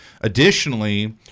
Additionally